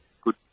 Good